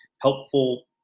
helpful